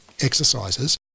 exercises